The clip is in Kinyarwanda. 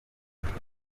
ikindi